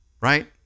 right